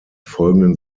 folgenden